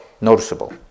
noticeable